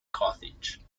carthage